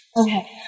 Okay